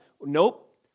nope